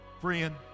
Friend